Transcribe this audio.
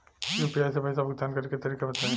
UPI से पईसा भुगतान करे के तरीका बताई?